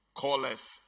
calleth